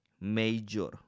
major